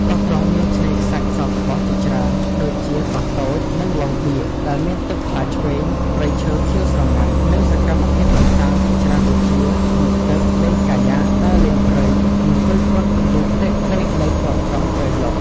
កោះរុងមានឆ្នេរខ្សាច់សក្បុសជាច្រើន ដូចជា កោះតូច និងឡុងបៀក ដែលមានទឹកថ្លាឈ្វេង ព្រៃឈើខៀវស្រងាត់ និងសកម្មភាពកម្សាន្តជាច្រើនដូចជា មុជទឹក លេងកាយ៉ាក ដើរលេងព្រៃ និងគយគន់ពន្លឺផ្លេកៗនៃប្លង់តុងពេលយប់។